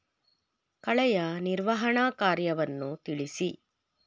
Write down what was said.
ಕಳೆಯ ನಿರ್ವಹಣಾ ಕಾರ್ಯವನ್ನು ತಿಳಿಸಿ?